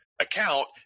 account